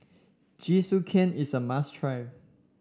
Jingisukan is a must try